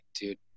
dude